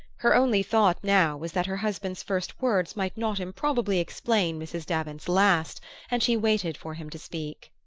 her only thought now was that her husband's first words might not improbably explain mrs. davant's last and she waited for him to speak.